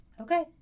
Okay